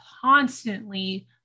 constantly